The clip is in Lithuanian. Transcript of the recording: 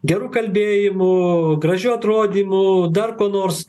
geru kalbėjimu gražiu atrodymu dar kuo nors